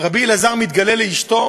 רבי אלעזר מתגלה לאשתו